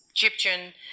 Egyptian